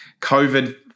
COVID